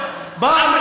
שלום ושלווה.